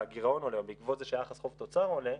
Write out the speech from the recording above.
שהגירעון עולה או בעקבות זה שהיחס חוב-תוצר עולה,